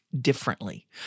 differently